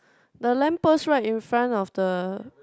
the lamp post right in front of the